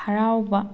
ꯍꯔꯥꯎꯕ